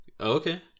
Okay